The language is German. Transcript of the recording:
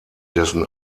dessen